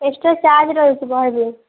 extra charge ରହିଛି ବହିରେ